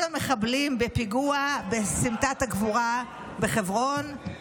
המחבלים בפיגוע בסמטת הגבורה בחברון,